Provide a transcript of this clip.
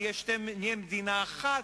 נהיה מדינה אחת,